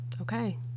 okay